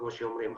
כמו שאומרים,